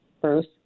Bruce